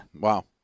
Wow